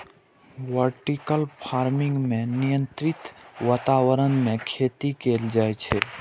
vertical farming मे नियंत्रित वातावरण मे खेती कैल जाइ छै